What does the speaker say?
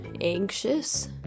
anxious